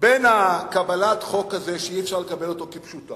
בין קבלת חוק כזה, שאי-אפשר לקבל אותו כפשוטו